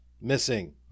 missing